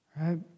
Right